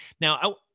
Now